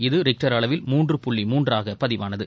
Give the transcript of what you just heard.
இது ரிக்டர் அளவில் மூன்று புள்ளி மூன்றாக பதிவானது